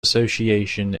association